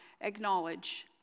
acknowledge